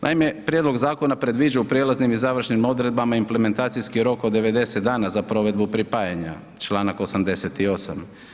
Naime, prijedlog zakona predviđa u prijelaznim i završnim odredbama implementacijski rok od 90 dana za provedbu pripajanja Članak 88.